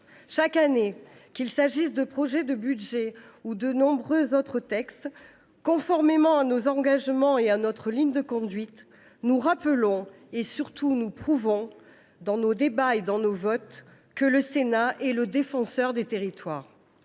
Chaque année, qu’il s’agisse du projet de budget ou de nombreux autres textes, conformément à nos engagements et à notre ligne de conduite, nous rappelons et, surtout, nous prouvons, dans nos débats et dans nos votes, que le Sénat est le défenseur des territoires.